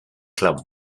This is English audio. club